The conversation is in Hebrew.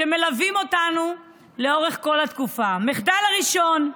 שמלווים אותנו לאורך כל התקופה: המחדל הראשון,